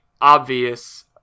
obvious